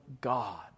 God